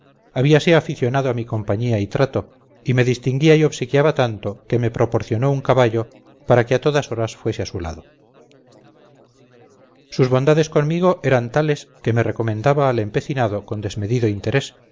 lectores habíase aficionado a mi compañía y trato y me distinguía y obsequiaba tanto que me proporcionó un caballo para que a todas horas fuese a su lado sus bondades conmigo eran tales que me recomendaba al empecinado con desmedido interés